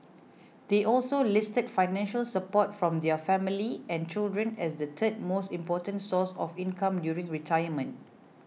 they also listed financial support from their family and children as the third most important source of income during retirement